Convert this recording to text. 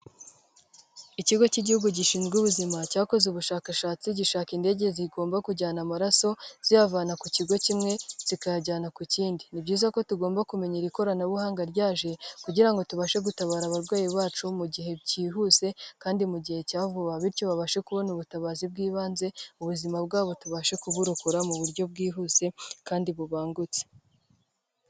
Ikigo cy'igihugu gishinzwe ubuzima cyakoze ubushakashatsi gishaka indege zigomba kujyana amaraso ziyavana ku kigo kimwe zikayajyana ku kindi, ni byiza ko tugomba kumenyamenye iri koranabuhanga ryaje kugira ngo tubashe gutabara abarwayi bacu mu gihe byihuse kandi mu gihe cya vuba bityo babashe kubona ubutabazi bw'ibanze ubuzima bwabo tubashe kuburokora mu buryo bwihuse kandi bubangutse.